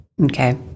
Okay